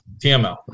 tml